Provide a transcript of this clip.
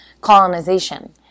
colonization